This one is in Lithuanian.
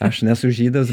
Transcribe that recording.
aš nesu žydas